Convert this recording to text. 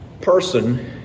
person